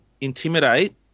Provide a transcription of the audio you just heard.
intimidate